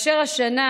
השנה,